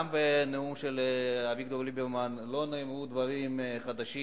גם בנאום של אביגדור ליברמן לא נאמרו דברים חדשים,